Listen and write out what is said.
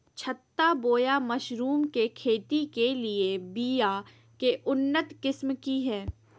छत्ता बोया मशरूम के खेती के लिए बिया के उन्नत किस्म की हैं?